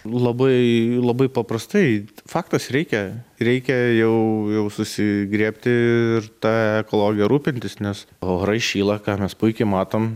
labai labai paprastai faktas reikia reikia jau jau susigriebti ir ta ekologija rūpintis nes orai šyla ką mes puikiai matom